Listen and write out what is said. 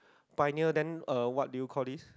pioneer then uh what do you call this